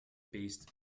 based